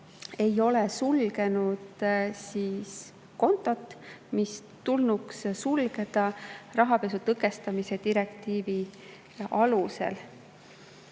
ei ole sulgenud kontot, mis tulnuks sulgeda rahapesu tõkestamise direktiivi alusel.